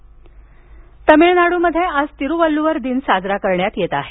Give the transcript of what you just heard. तिरुवल्लुवर तमिळनाडूमध्ये आज तिरुवल्लुवर दिन साजरा करण्यात येत आहे